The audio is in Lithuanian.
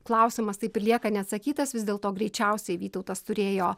klausimas taip ir lieka neatsakytas vis dėlto greičiausiai vytautas turėjo